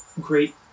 great